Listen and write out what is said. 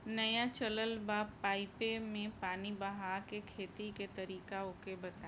नया चलल बा पाईपे मै पानी बहाके खेती के तरीका ओके बताई?